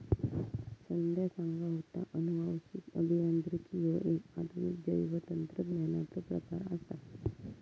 संध्या सांगा होता, अनुवांशिक अभियांत्रिकी ह्यो एक आधुनिक जैवतंत्रज्ञानाचो प्रकार आसा